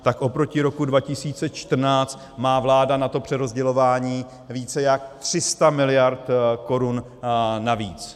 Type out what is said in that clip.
Tak oproti roku 2014 má vláda na to přerozdělování více jak 300 mld. korun navíc.